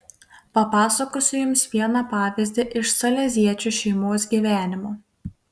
papasakosiu jums vieną pavyzdį iš saleziečių šeimos gyvenimo